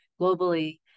globally